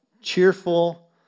cheerful